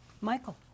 Michael